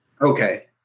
Okay